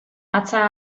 hatza